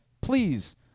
please